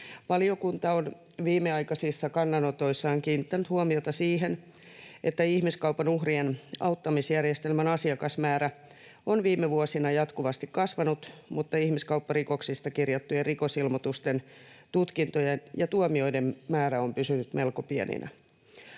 Valiokunta on viimeaikaisissa kannanotoissaan kiinnittänyt huomiota siihen, että ihmiskaupan uhrien auttamisjärjestelmän asiakasmäärä on viime vuosina jatkuvasti kasvanut mutta ihmiskaupparikoksista kirjattujen rikosilmoitusten, tutkintojen ja tuomioiden määrät ovat pysyneet melko pieninä.